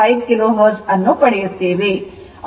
475 kilohertz ಅನ್ನು ಪಡೆಯುತ್ತೇವೆ